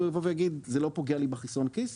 הוא יבוא ויגיד: זה לא פוגע לי בחסרון כיס